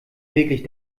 wirklich